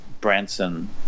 Branson